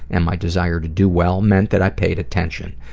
and my desire to do well, meant that i paid attention.